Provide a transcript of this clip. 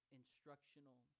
instructional